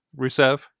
Rusev